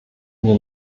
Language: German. mir